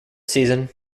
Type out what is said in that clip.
season